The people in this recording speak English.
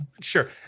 Sure